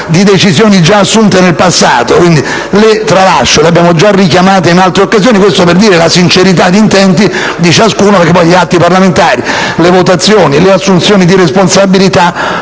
di decisioni già assunte in passato. Quindi, le tralascio, anche perché le abbiamo già richiamate in altre occasioni. Questo, per dire la sincerità di intenti di ciascuno. Poi gli atti parlamentari, le votazioni e le assunzioni di responsabilità